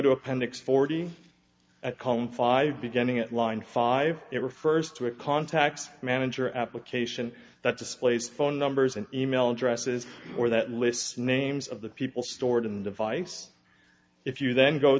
to appendix forty column five beginning at line five it refers to it contacts manager application that displays phone numbers and e mail addresses for that list names of the people stored in the device if you then go to